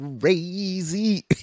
crazy